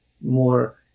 more